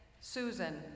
Susan